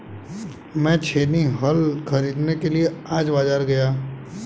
मैं छेनी हल खरीदने के लिए आज बाजार गया